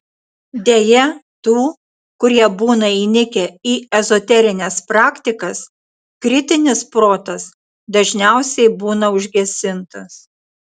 deja tų kurie būna įnikę į ezoterines praktikas kritinis protas dažniausiai būna užgesintas